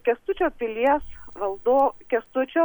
kęstučio pilies valdo kęstučio